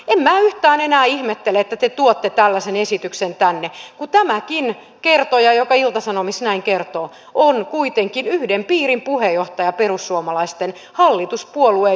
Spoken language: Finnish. en minä yhtään enää ihmettele että te tuotte tällaisen esityksen tänne kun tämäkin kertoja joka ilta sanomissa näin kertoo on kuitenkin yhden piirin puheenjohtaja perussuomalaisten hallituspuolueen joukoista